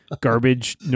garbage